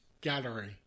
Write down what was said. gallery